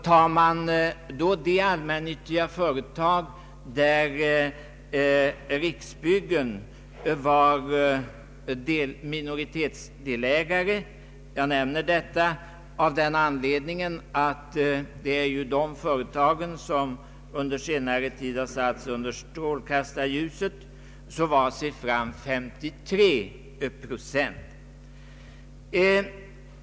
Tar man sedan de allmännyttiga bostadsföretag där Riksbyggen är minoritetsdelägare — jag nämner detta av den anledningen att det ju är dessa företag som under senar tid har satts under strålkastarljuset — var siffran 58 procent.